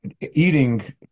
eating